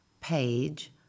page